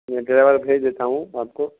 میں ڈرائیور بھیج دیتا ہوں آپ کو